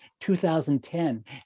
2010